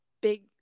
big